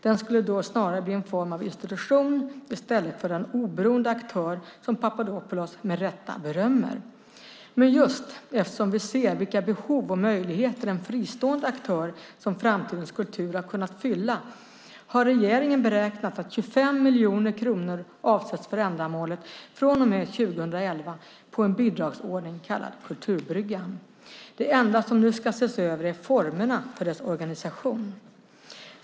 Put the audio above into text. Den skulle då snarare bli en form av institution i stället för den oberoende aktör Papadopoulos med rätta berömmer. Men just eftersom vi ser vilka behov och möjligheter en fristående aktör som Framtidens kultur har kunnat fylla har regeringen beräknat att 25 miljoner kronor avsätts för ändamålet från och med 2011 på en bidragsordning kallad Kulturbryggan. Det enda som nu ska ses över är formerna för dess organisation.